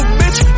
bitch